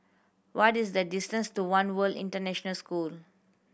what is the distance to One World International School